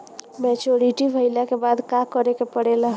Maturity भईला के बाद का करे के पड़ेला?